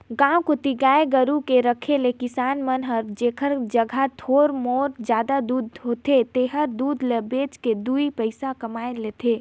गांव कोती गाय गोरु के रखे ले किसान मन हर जेखर जघा थोर मोर जादा दूद होथे तेहर दूद ल बेच के दुइ पइसा कमाए लेथे